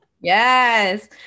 Yes